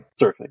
surfing